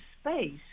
space